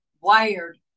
wired